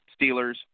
steelers